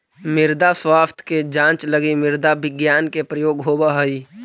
मृदा स्वास्थ्य के जांच लगी मृदा विज्ञान के प्रयोग होवऽ हइ